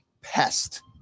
Pest